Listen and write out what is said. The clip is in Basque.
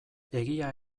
egia